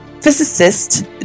physicist